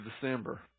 december